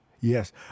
Yes